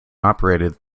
operated